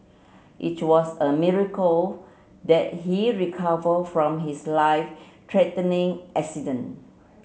it was a miracle that he recover from his life threatening accident